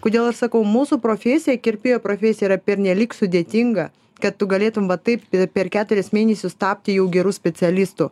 kodėl aš sakau mūsų profesija kirpėjo profesija yra pernelyg sudėtinga kad tu galėtum va taip per keturis mėnesius tapti jau geru specialistu